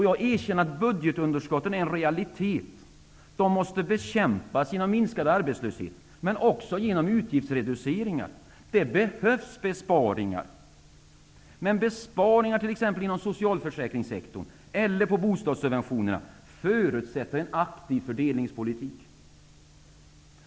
Jag erkänner att budgetunderskotten är en realitet De måste bekämpas genom minskad arbetslöshet men också genom utgiftsreduceringar. Det behövs besparingar. Men besparingar t.ex. inom socialförsäkringssektorn eller på bostadssubventionerna förutsätter en aktiv fördelningspolitik.